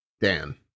Dan